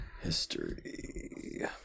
history